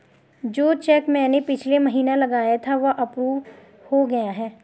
जो चैक मैंने पिछले महीना लगाया था वह अप्रूव हो गया है